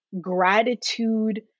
gratitude